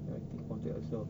go to think of that also